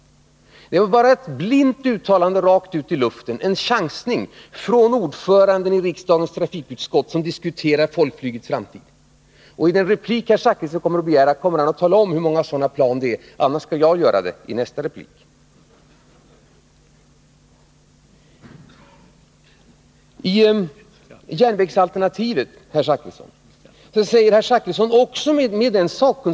Nej, det var bara ett blint uttalande Onsdagen den | rakt utiluften, en chansning från ordföranden i riksdagens trafikutskott, som 17 december 1980 diskuterar folkflygets framtid. I den replik herr Zachrisson kommer att | begära kommer han att tala om hur många sådana plan det är — annars skall Bromma och Arjag göra det i nästa anförande.